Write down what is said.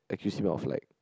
accuse him of like